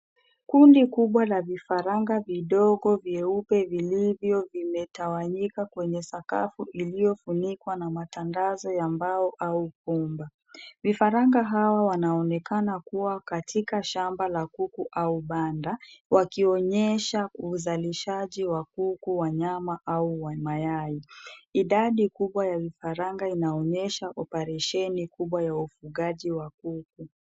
Kundi kubwa la vifaranga vidogo vyeupe vilivyo vimetawanyika kwenye sakafu lililofunikwa kwa matandazo ya mbao au pumba. Vifaranga hao wanaonekana kua katika shamba la kuku au banda, wakionyesha uzalishaji wa kuku, wanyama au mayai. Idadi kubwa ya vifaranga inaonyesha oparesheni kubwa ya ufugaji wa kuku.